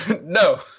No